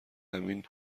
همین